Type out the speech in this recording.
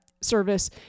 service